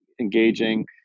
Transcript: engaging